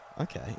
Okay